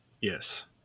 yes